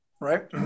right